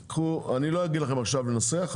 אני לא אגיד לכם עכשיו לנסח,